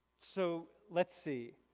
so let's see,